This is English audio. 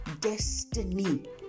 destiny